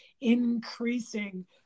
increasing